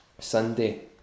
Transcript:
Sunday